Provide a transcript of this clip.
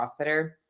CrossFitter